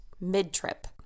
mid-trip